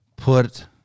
put